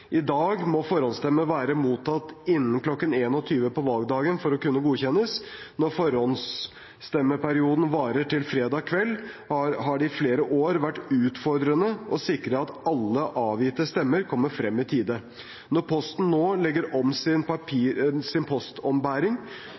I dag må forhåndsstemmer være mottatt innen kl. 21 på valgdagen for å kunne godkjennes. Når forhåndsstemmeperioden varer til fredag kveld, har det i flere år vært utfordrende å sikre at alle avgitte stemmer kommer frem i tide. Når posten nå legger om sin